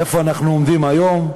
איפה אנחנו עומדים היום,